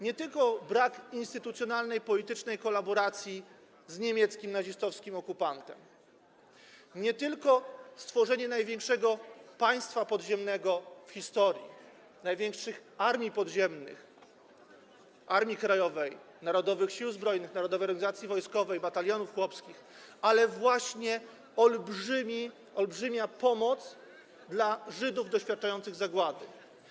Nie tylko brak instytucjonalnej politycznej kolaboracji z niemieckim nazistowskim okupantem, nie tylko stworzenie największego państwa podziemnego w historii, największych armii podziemnych, Armii Krajowej, Narodowych Sił Zbrojnych, Narodowej Organizacji Wojskowej, Batalionów Chłopskich, ale właśnie olbrzymia pomoc Żydom doświadczającym zagłady.